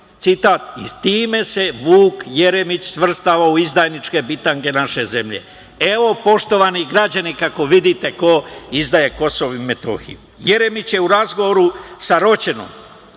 citat i time se Vuk Jeremić svrstao u izdajničke bitange naše zemlje. Evo, poštovani građani, kako vidite ko izdaje Kosovo i Metohiju. Jeremić je u razgovoru sa Roćenom,